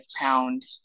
pound